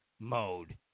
Mode